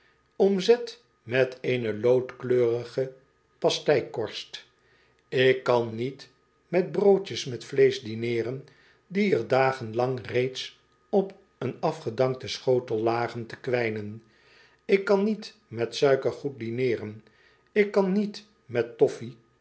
omzet met eene loodkleurige pasteikorst ik kan niet met broodjes met vieesch dineeren die er dagen lang reeds op een afgedankten schotel lagen te kwijnen ik kan niet met suikergoed dineeren ik kan niet met